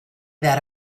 that